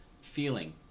feeling